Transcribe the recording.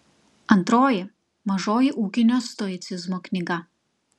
antroji mažoji ūkinio stoicizmo knyga